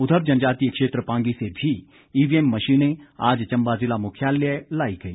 उधर जनजातीय क्षेत्र पांगी से भी ईवीएम मशीने आज चम्बा जिला मुख्यालय लाई गई